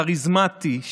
כריזמטי,